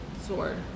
sword